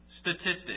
statistics